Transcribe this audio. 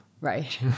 Right